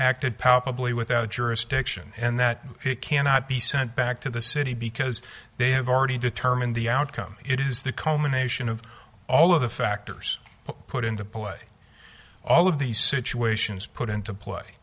acted power probably without jurisdiction and that it cannot be sent back to the city because they have already determined the outcome it is the culmination of all of the factors put into play all of these situations put into play